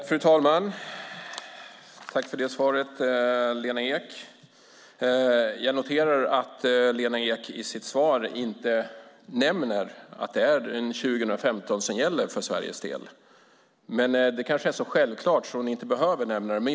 Fru talman! Jag tackar Lena Ek för det svaret, men noterar att hon i sitt svar inte nämner att det är 2015 som gäller för Sveriges del. Men det kanske är så självklart att hon inte behöver nämna det.